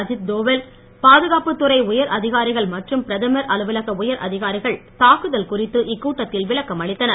அஜித் டோவல் பாதுகாப்புத் துறை உயர் அதிகாரிகள் மற்றும் பிரதமர் அலுவலக உயர் அதிகாரிகள் தாக்குதல் குறித்து இக்கூட்டத்தில் விளக்கம் அளித்தனர்